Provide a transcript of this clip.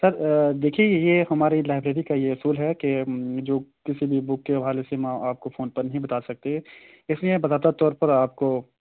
سر دیکھیے یہ ہماری لائبریری کا یہ اصول ہے کہ جو کسی بھی بک کے حوالے سے ہم آپ کو فون پر نہیں بتا سکتے اس لیے باضابطہ طور پر آپ کو